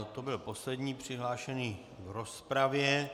To byl poslední přihlášený k rozpravě.